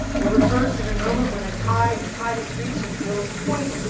it refers to the moment when the tide, the tide has reached it's lowest point,